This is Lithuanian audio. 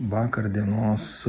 vakar dienos